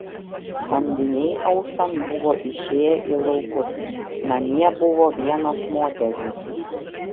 samdiniai auštant buvo išėję į laukus namie buvo vienos moterys